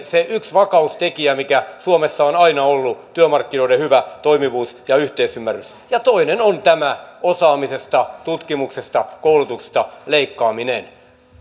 se työmarkkinoiden yksi vakaustekijä mikä suomessa on aina ollut työmarkkinoiden hyvä toimivuus ja yhteisymmärrys ja toinen on tämä osaamisesta tutkimuksesta koulutuksesta leikkaaminen